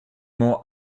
more